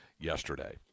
yesterday